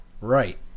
Right